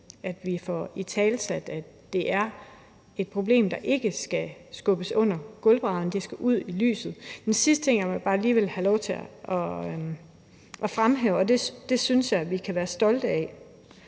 at vi får italesat, at det er et problem, der ikke skal skubbes under gulvbrædderne. Det skal ud i lyset. En sidste ting, jeg bare lige vil have lov til at fremhæve – og som jeg synes vi fælles kan være stolte af